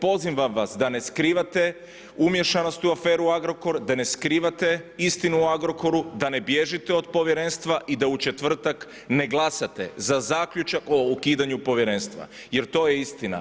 Pozivam vas da ne skrivate umiješanost u aferu Agrokor, da ne skrivate istinu o Agrokoru, da ne bježite od povjerenstva i da u četvrtak ne glasate za zaključak o ukidanju povjerenstva jer to je istina.